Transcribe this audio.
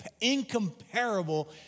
incomparable